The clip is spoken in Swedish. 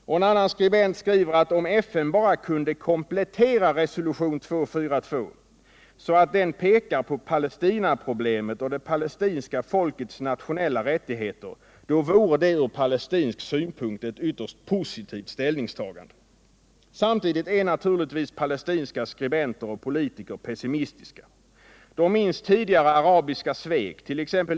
Och en annan skribent skriver, att om FN kunde komplettera resolution 242 ”så att den pekar på Palestinaproblemet och det palestinska folkets nationella rättigheter”, vore det från palestinsk synpunkt ett ”positivt ställningstagande”. Samtidigt är naturligtvis palestinska skribenter och politiker pessimistiska. De minns tidigare arabiska svek,t.ex.